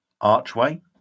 archway